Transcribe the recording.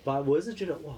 but 我还是觉得 !wah!